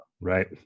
Right